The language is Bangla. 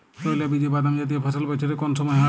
তৈলবীজ ও বাদামজাতীয় ফসল বছরের কোন সময় হয়?